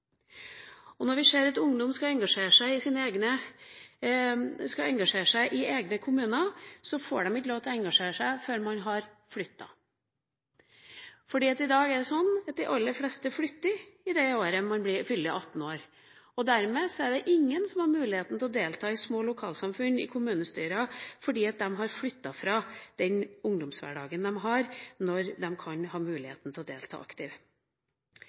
Når vi ser ungdom som vil engasjere seg i egne kommuner, får de ikke lov til å engasjere seg før de har flyttet, for i dag er det slik at de aller fleste flytter i løpet av det året de fyller 18 år. Dermed er det ingen som har mulighet til å delta i små lokalsamfunn, i kommunestyrer, fordi de har flyttet fra den ungdomshverdagen de har, når de har mulighet til å delta